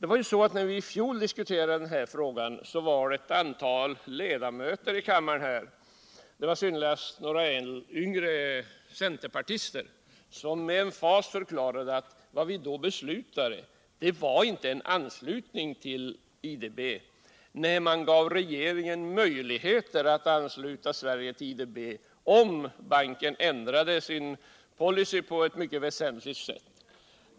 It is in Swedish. När vi 1 fjol diskuterade den här frågan förklarade eu antal Iedamöter här i kammaren med emfas — framför allt gällde det några yngre centerpartister — att vad vi då skulle besluta om inte var en anslutning till IDB. Nej, man skulle ge regeringen möjligheter att ansluta Sverige till IDB, om banken väsentligt ändrade sin policv.